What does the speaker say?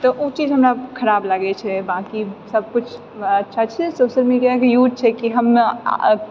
तऽ ओ चीज हमरा खराब लागैत छै बाँकि सभ किछु अच्छा छै सबसँ नीक एहिके यूज छै कि हमे